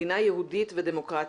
מדינה יהודית ודמוקרטית,